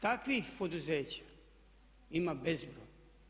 Takvih poduzeća ima bezbroj.